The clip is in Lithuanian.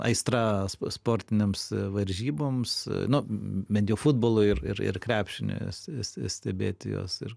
aistra sportinėms varžyboms nu bent jau futbolą ir ir krepšinį stebėti juos ir